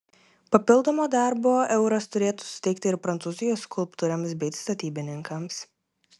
papildomo darbo euras turėtų suteikti ir prancūzijos skulptoriams bei statybininkams